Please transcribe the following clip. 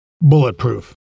bulletproof